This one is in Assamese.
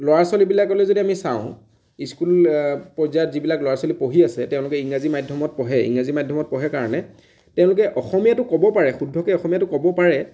ল'ৰা ছোৱালীবিলাকলৈ যদি আমি চাওঁ ইস্কুল পৰ্যায়ত যিবিলাক ল'ৰা ছোৱালী পঢ়ি আছে তেওঁলোকে ইংৰাজী মাধ্য়মত পঢ়ে ইংৰাজী মাধ্য়মত পঢ়ে কাৰণে তেওঁলোকে অসমীয়াটো ক'ব পাৰে শুদ্ধকে অসমীয়াটো ক'ব পাৰে